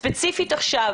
ספציפית עכשיו,